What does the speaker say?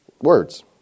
words